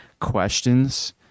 questions